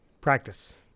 practice